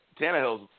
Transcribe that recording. Tannehill's